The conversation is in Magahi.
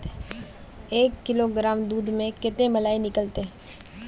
एक किलोग्राम दूध में कते मलाई निकलते?